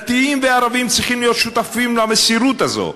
דתיים וערבים צריכים להיות שותפים למסירות הזאת.